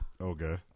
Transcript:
okay